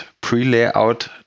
pre-layout